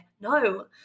no